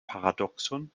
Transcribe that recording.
paradoxon